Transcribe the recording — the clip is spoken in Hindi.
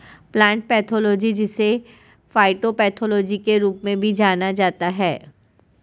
प्लांट पैथोलॉजी जिसे फाइटोपैथोलॉजी के रूप में भी जाना जाता है